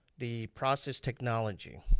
the process technology.